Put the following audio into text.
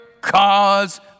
cause